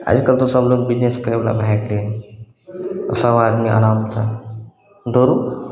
आइ काल्हि तऽ सभलोग बिजनेस करयवला भए गेलय तऽ सभ आदमी आरामसँ दौड़ू